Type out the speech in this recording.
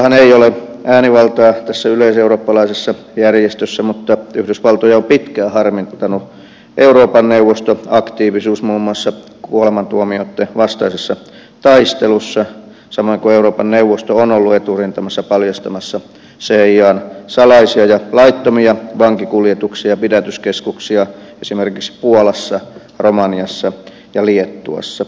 yhdysvalloillahan ei ole äänivaltaa tässä yleiseurooppalaisessa järjestössä mutta yhdysvaltoja on pitkään harmittanut euroopan neuvoston aktiivisuus muun muassa kuolemantuomioitten vastaisessa taistelussa samoin kuin euroopan neuvosto on ollut eturintamassa paljastamassa cian salaisia ja laittomia vankikuljetuksia ja pidätyskeskuksia esimerkiksi puolassa romaniassa ja liettuassa